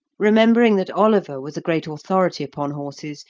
remembering that oliver was a great authority upon horses,